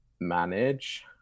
manage